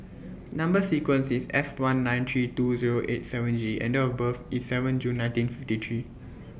Number sequence IS S one nine three two Zero eight seven G and Date of birth IS seven June nineteen fifty three